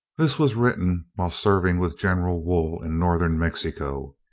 this was written while serving with general wool in northern mexico.